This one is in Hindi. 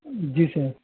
जी सर